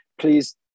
please